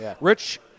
Rich